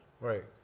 Right